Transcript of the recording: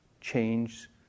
change